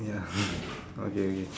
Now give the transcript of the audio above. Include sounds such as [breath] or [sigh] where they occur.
ya [breath] okay okay